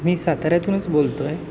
मी साताऱ्यातूनच बोलतो आहे